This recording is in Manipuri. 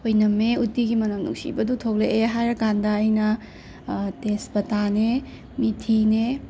ꯑꯣꯏꯅꯝꯃꯦ ꯎꯠꯇꯤꯒꯤ ꯃꯅꯝ ꯅꯨꯡꯁꯤꯕꯗꯨ ꯊꯣꯛꯂꯛꯑꯦ ꯍꯥꯏꯔ ꯀꯥꯟꯗ ꯑꯩꯅ ꯇꯦꯖꯄꯇꯥꯅꯦ ꯃꯤꯠꯊꯤꯅꯦ